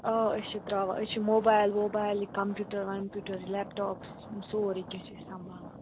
آ أسۍ چھِ ترٛاوان أسۍ چھِ موبایِل ووبایل یہِ کَمپیوٗٹَر وَمپیوٗٹَر یہِ لیپٹاپ سورُے کینٛہہ چھِ أسۍ سَمبالان